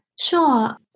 Sure